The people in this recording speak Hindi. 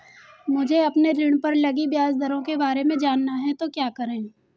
मुझे अपने ऋण पर लगी ब्याज दरों के बारे में जानना है तो क्या करें?